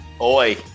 Oi